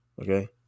Okay